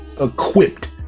equipped